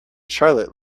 charlotte